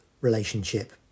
relationship